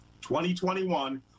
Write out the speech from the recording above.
2021